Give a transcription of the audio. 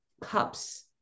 cups